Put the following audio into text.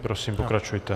Prosím, pokračujte.